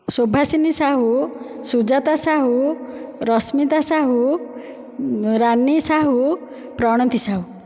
Subhasini Sahu Sujata Sahu Rashmita Sahu Rani Sahu Pranati Sahu